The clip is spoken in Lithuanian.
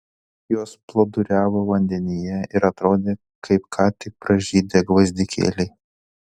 jos plūduriavo vandenyje ir atrodė kaip ką tik pražydę gvazdikėliai